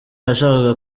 yashakaga